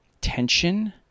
tension